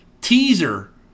teaser